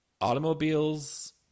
Automobiles